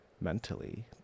mentally